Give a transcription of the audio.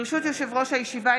ברשות יושב-ראש הישיבה,